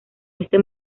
este